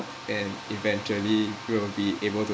and eventually will be able to